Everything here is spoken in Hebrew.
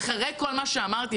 אבל אחרי כל מה שאמרתי,